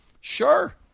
sure